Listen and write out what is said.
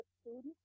students